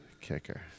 kicker